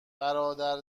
برادر